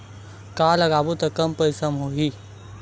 का उगाबोन त कम पईसा म हो जाही?